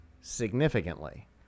significantly